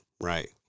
Right